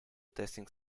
testing